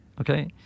okay